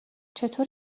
چطور